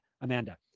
Amanda